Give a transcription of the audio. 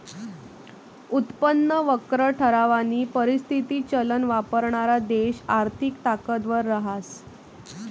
उत्पन्न वक्र ठरावानी परिस्थिती चलन वापरणारा देश आर्थिक ताकदवर रहास